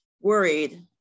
worried